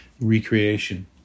recreation